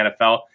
NFL